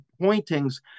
pointings